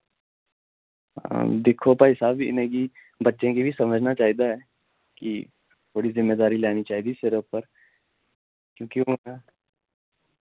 दिक्खो भाई साह्ब इन्हें गी बच्चें कि वी समझना चाहिदा ऐ कि थोह्ड़ी जिम्मेदारी लैनी चाहिदी सिरे उप्पर क्यूंकि हुन